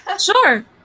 Sure